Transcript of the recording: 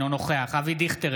אינו נוכח אבי דיכטר,